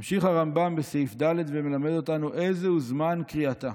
ממשיך הרמב"ם בסעיף ד' ומלמד אותנו "אי זהו זמן קריאתה?"